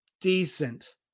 decent